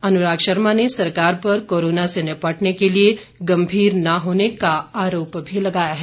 अनुराग शर्मा ने सरकार पर कोरोना से निपटने के लिए गम्भीर न होने का आरोप भी लगाया है